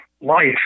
life